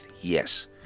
yes